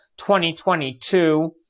2022